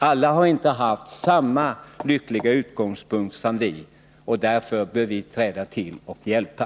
Alla har inte haft samma lyckliga utgångspunkt som vi. Därför bör vi träda till och hjälpa.